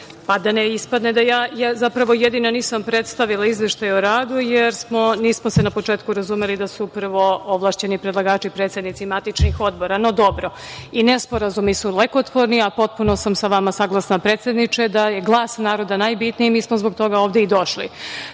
pa da ne ispadne da ja jedina nisam predstavila izveštaj o radu, jer se nismo na početku razumeli da su prvo ovlašćeni predlagači predsednici matičnih odbora. Ali, dobro i nesporazumi su neophodni, a potpuno sam sa vama saglasna predsedniče da je glas naroda najbitniji i mi smo zbog toga ovde i došli. Ja